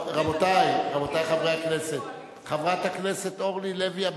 רבותי חברי הכנסת, חברת הכנסת אורלי לוי אבקסיס,